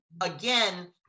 Again